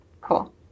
Cool